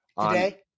today